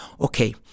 okay